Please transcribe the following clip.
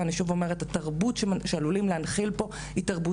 בקצרה, אני מצטרפת לברכות.